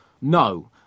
No